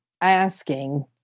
asking